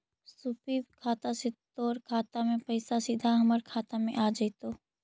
स्वीप खाता से तोर खाता से पइसा सीधा हमर खाता में आ जतउ